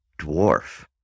dwarf